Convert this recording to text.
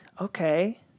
Okay